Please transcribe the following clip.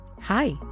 Hi